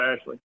Ashley